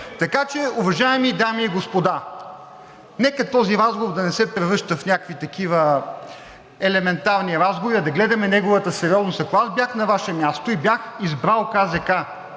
Така че, уважаеми дами и господа, нека този разговор да не се превръща в някакви такива елементарни разговори, а да гледаме неговата сериозност. Ако аз бях на Ваше място и бях избрал